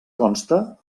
consta